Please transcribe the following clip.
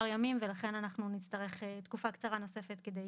ימים ולכן אנחנו נצטרך תקופה קצרה נוספת כדי